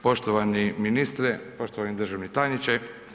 Poštovani ministre, poštovani državni tajniče.